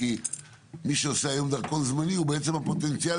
כי מי שעושה היום דרכון זמני הוא בעצם הפוטנציאל